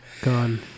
Gone